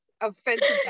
offensive